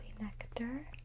nectar